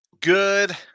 Good